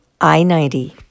i-90